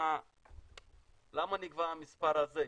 למה נקבע המספר הזה?